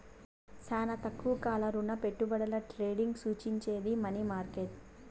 శానా తక్కువ కాల రుణపెట్టుబడుల ట్రేడింగ్ సూచించేది మనీ మార్కెట్